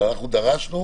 אבל אנחנו דרשנו,